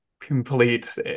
complete